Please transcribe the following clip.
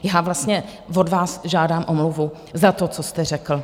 Já vlastně od vás žádám omluvu za to, co jste řekl.